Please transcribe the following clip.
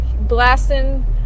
blasting